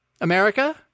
America